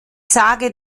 sage